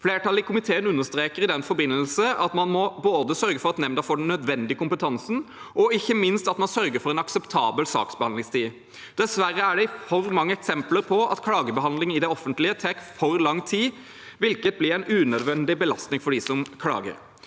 Flertallet i komiteen understreker i den forbindelse at man må sørge for at nemnda får den nødvendige kompetansen, og ikke minst at man sørger for en akseptabel saksbehandlingstid. Dessverre er det for mange eksempler på at klagebehandling i det offentlige tar for lang tid, hvilket blir en unødvendig belastning for dem som klager.